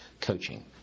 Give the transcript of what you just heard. coaching